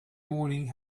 morning